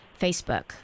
Facebook